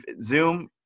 Zoom